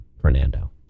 fernando